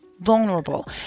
vulnerable